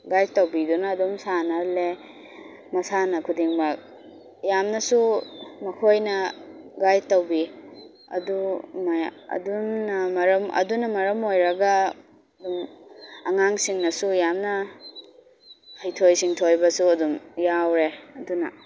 guide ꯇꯧꯕꯤꯗꯨꯅ ꯑꯗꯨꯝ ꯁꯥꯟꯅꯍꯜꯂꯦ ꯃꯁꯥꯟꯅ ꯈꯨꯗꯤꯡꯃꯛ ꯌꯥꯝꯅꯁꯨ ꯃꯈꯣꯏꯅ ꯒꯥꯏꯠ ꯇꯧꯕꯤ ꯑꯗꯨ ꯑꯗꯨꯝꯅ ꯃꯔꯝ ꯑꯗꯨꯅ ꯃꯔꯝ ꯑꯣꯏꯔꯒ ꯑꯉꯥꯡꯁꯤꯡꯅꯁꯨ ꯌꯥꯝꯅ ꯍꯩꯊꯣꯏ ꯁꯤꯡꯊꯣꯏꯕꯁꯨ ꯑꯗꯨꯝ ꯌꯥꯎꯔꯦ ꯑꯗꯨꯅ